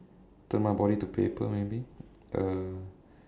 turn my body to paper maybe uh